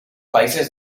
países